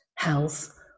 health